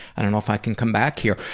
i don't know if i can come back here.